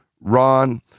Ron